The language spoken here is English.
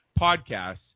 podcasts